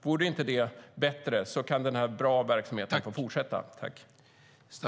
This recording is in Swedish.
Vore det inte bättre att låta en sådan bra verksamhet fortsätta?